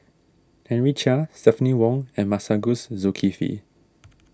Henry Chia Stephanie Wong and Masagos Zulkifli